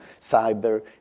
Cyber